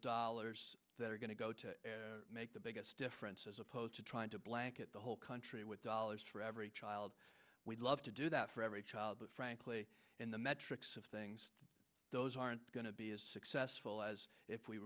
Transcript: dollars that are going to go to make the biggest difference as opposed to trying to blanket the whole country with dollars for every child we'd love to do that for every child but frankly in the metrics of things those aren't going to be as successful as if we